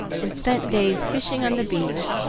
and spent days fishing on the beach,